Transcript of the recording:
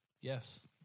yes